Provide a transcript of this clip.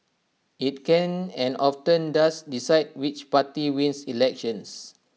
IT can and often does decide which party wins elections